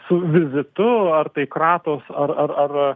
su vizitu ar tai kratos ar ar ar